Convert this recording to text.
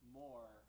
more